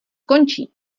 končí